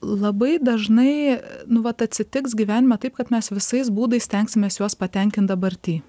labai dažnai nu vat atsitiks gyvenime taip kad mes visais būdais stengsimės juos patenkint dabarty